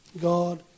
God